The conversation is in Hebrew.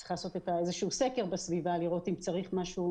צריך לעשות איזשהו סקר בסביבה לראות אם צריך משהו,